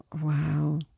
Wow